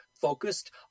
focused